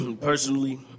personally